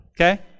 Okay